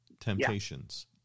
Temptations